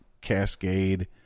cascade